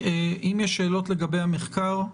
אם יש שאלות לגבי המחקר,